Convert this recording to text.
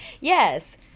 Yes